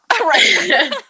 Right